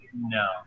No